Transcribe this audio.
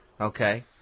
Okay